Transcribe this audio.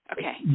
okay